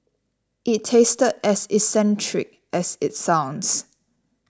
it tasted as eccentric as it sounds